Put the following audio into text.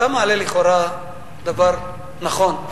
אתה מעלה לכאורה דבר נכון,